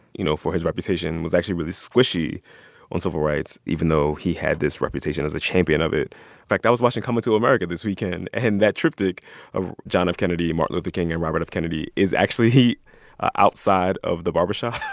you know, for his reputation, was actually really squishy on civil rights, even though he had this reputation as a champion of it. in fact, i was watching coming to america this weekend, and that triptych of john f. kennedy and martin luther king and robert f. kennedy is actually outside of the barbershop.